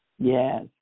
Yes